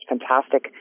Fantastic